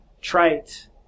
trite